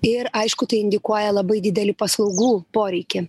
ir aišku tai indikuoja labai didelį paslaugų poreikį